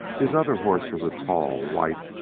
his other horse was a tall, white,